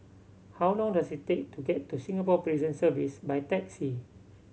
how long does it take to get to Singapore Prison Service by taxi